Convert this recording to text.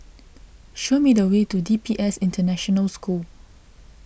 show me the way to D P S International School